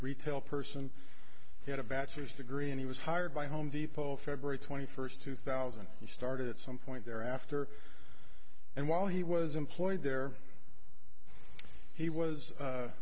retail person he had a bachelor's degree and he was hired by home depot february twenty first two thousand and started at some point there after and while he was employed there he was